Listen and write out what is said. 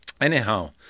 Anyhow